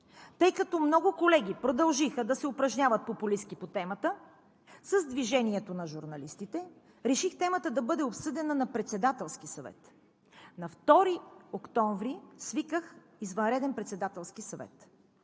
Тъй като много колеги продължиха да се упражняват популистки по темата с движението на журналистите, реших темата да бъде обсъдена на Председателски съвет. На 2 октомври свиках извънреден Председателски съвет,